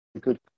good